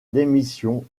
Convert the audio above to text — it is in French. démission